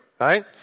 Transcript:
right